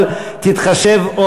אבל תתחשב,